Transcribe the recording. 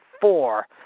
four